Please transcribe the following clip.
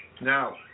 Now